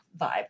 Vibe